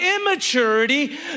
immaturity